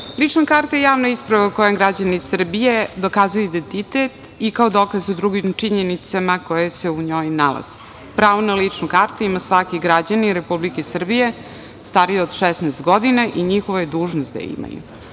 lična karta je javna isprava o kojem građani Srbije dokazuju identitet i kao dokaz u drugim činjenicama koje se u njoj nalaze. Pravo na ličnu kartu ima svaki građanin Republike Srbije stariji od 16 godina i njihova je dužnost da je imaju.